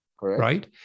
right